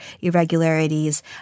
irregularities